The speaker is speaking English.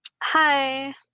Hi